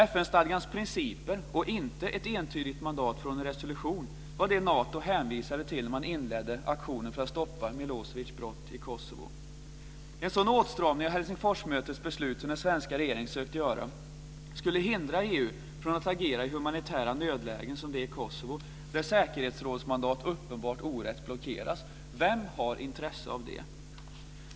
FN-stadgans principer och inte ett entydigt mandat från en resolution var det Nato hänvisade till när man inledde aktionen för att stoppa Milo evic brott i Kosovo. En sådan åtstramning av Helsingforsmötets beslut som den svenska regeringen sökt göra skulle hindra EU från att agera i humanitära nödlägen som det i Kosovo där säkerhetsrådsmandat uppenbart orätt blockeras. Vem har intresse av det?